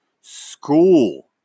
school